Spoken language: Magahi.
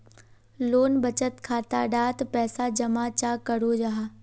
लोग बचत खाता डात पैसा जमा चाँ करो जाहा?